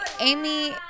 Amy